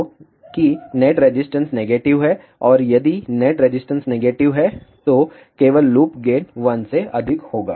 तो कि net resistance negative है और यदि नेट रेजिस्टेंस नेगेटिव है तो केवल लूप गेन 1 से अधिक होगा